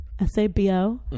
s-a-b-o